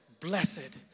blessed